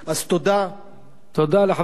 תודה לחבר הכנסת ניצן הורוביץ.